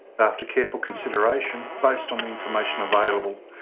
after careful consideration, based on the information available,